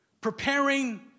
preparing